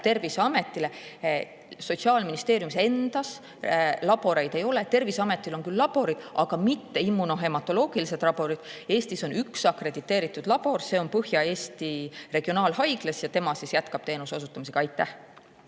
Terviseametile. Sotsiaalministeeriumis endas laboreid ei ole. Terviseametil on küll laborid, aga mitte immunohematoloogilised laborid. Eestis on üks akrediteeritud labor, see on Põhja-Eesti Regionaalhaiglas ja tema siis jätkab teenuse osutamist.